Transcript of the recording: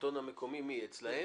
אצלם?